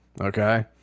Okay